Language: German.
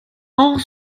auch